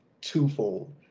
twofold